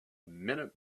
minute